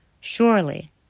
Surely